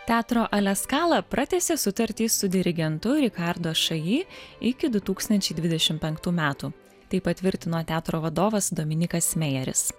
teatro aleskala pratęsė sutartį su dirigentu rikardo šaji iki du tūkstančiai dvidešimt penktų metų tai patvirtino teatro vadovas dominykas mejeris